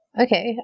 Okay